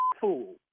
fool